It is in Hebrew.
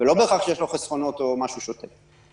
בהכרח יש לו חסכונות או משהו שוטף.